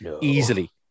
easily